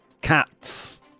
cats